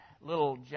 Little